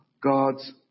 God's